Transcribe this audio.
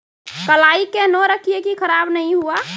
कलाई केहनो रखिए की खराब नहीं हुआ?